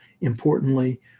importantly